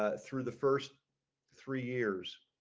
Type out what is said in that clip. ah through the first three years.